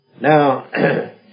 Now